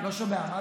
לא שומע.